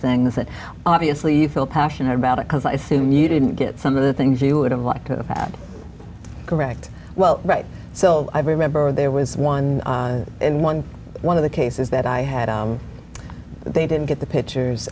things that obviously you feel passionate about a cause i assume you didn't get some of the things you would have liked to have had correct well right so i remember there was one in eleven of the cases that i had they didn't get the pictures